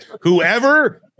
Whoever